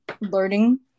learning